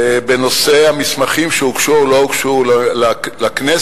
בנושא המסמכים שהוגשו או לא הוגשו לכנסת